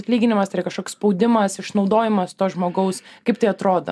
atlyginimas yra kažkoks spaudimas išnaudojimas to žmogaus kaip tai atrodo